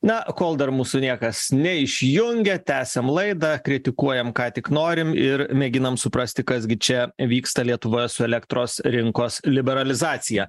na kol dar mūsų niekas neišjungia tęsiam laidą kritikuojam ką tik norim ir mėginam suprasti kas gi čia vyksta lietuvoje su elektros rinkos liberalizacija